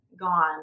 gone